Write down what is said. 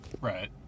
Right